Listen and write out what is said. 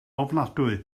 ofnadwy